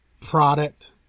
product